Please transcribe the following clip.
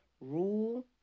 rule